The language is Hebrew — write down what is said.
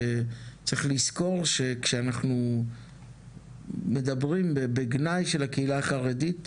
וצריך לזכור כשאנחנו מדברים בגנאי של הקהילה החרדית,